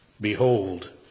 Behold